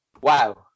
Wow